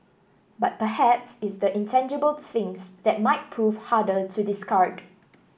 but perhaps it's the intangible things that might prove harder to discard